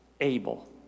able